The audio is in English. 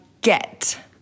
get